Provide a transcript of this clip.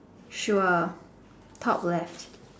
sure talk less